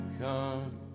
come